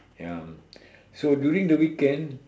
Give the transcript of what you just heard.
ya so during the weekends